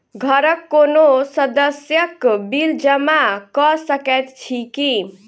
घरक कोनो सदस्यक बिल जमा कऽ सकैत छी की?